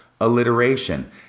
alliteration